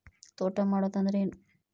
ತೋಟ ಮಾಡುದು ಅಂದ್ರ ಏನ್?